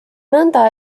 nõnda